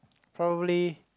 probably